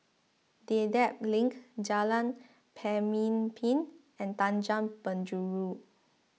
Dedap Link Jalan Pemimpin and Tanjong Penjuru